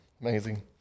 amazing